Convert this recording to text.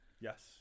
yes